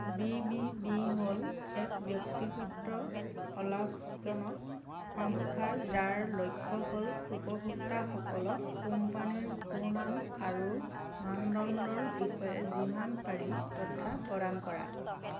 B B B হ'ল এক ব্যক্তিগত অলাভজনক সংস্থা যাৰ লক্ষ্য হ'ল উপভোক্তাসকলক কোম্পানীৰ সুনাম আৰু মানদণ্ডৰ বিষয়ে যিমান পাৰি তথ্য প্ৰদান কৰা